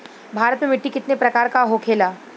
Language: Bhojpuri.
भारत में मिट्टी कितने प्रकार का होखे ला?